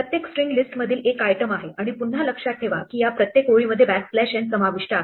प्रत्येक स्ट्रिंग लिस्टमधील एक आयटम आहे आणि पुन्हा लक्षात ठेवा की या प्रत्येक ओळीमध्ये बॅकस्लॅश एन समाविष्ट आहे